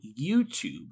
YouTube